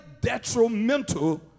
detrimental